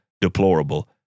deplorable